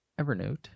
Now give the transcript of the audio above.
Evernote